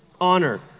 Honor